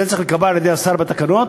זה צריך להיקבע על-ידי השר בתקנות,